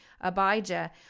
Abijah